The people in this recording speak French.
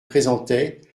présentait